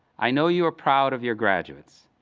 i know you are proud of your graduates.